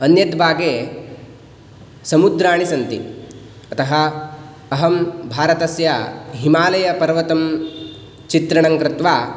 अन्यद्भागे समुद्राणि सन्ति अतः अहं भारतस्य हिमालयपर्वतं चित्रणं कृत्वा